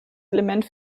element